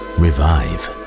revive